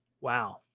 Wow